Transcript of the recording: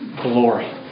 glory